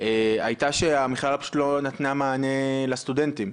היה שהמכללה פשוט לא נתנה מענה לסטודנטים.